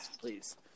Please